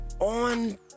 On